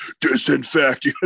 disinfect